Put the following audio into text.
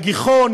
הגיחון,